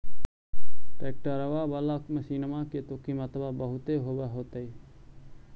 ट्रैक्टरबा बाला मसिन्मा के तो किमत्बा बहुते होब होतै?